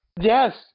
Yes